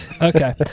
Okay